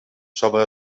sobre